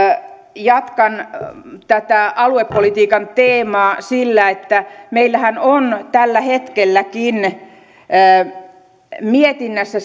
jatkan tätä aluepolitiikan teemaa sillä että meillähän on tälläkin hetkellä mietinnässä